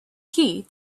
key